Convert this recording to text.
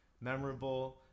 memorable